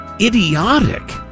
idiotic